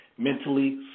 Mentally